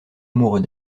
amoureux